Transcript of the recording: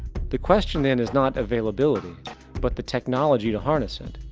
the questioning and is not availability but the technology to harnesst it.